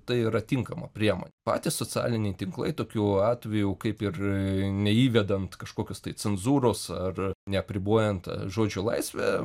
tai yra tinkama priemonė patys socialiniai tinklai tokiu atveju kaip ir neįvedant kažkokios tai cenzūros ar neapribojant žodžio laisvę